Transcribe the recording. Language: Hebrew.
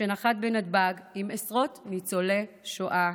שנחת בנתב"ג עם עשרות ניצולי שואה,